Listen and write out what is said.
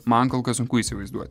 man kol kas sunku įsivaizduoti